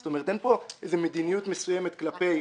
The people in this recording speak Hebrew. זאת אומרת, אין כאן מדיניות מסוימת כלפי